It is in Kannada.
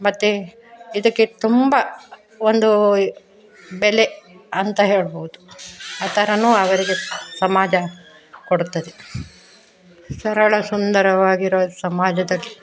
ಮತ್ತು ಇದಕ್ಕೆ ತುಂಬ ಒಂದು ಬೆಲೆ ಅಂತ ಹೇಳಬಹುದು ಆ ಥರನೂ ಅವರಿಗೆ ಸಮಾಜ ಕೊಡುತ್ತದೆ ಸರಳ ಸುಂದರವಾಗಿರುವ ಸಮಾಜದಲ್ಲಿ